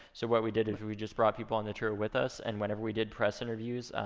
so what we did is we just brought people on the tour with us, and whenever we did press interviews,